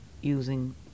using